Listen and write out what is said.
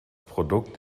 produkt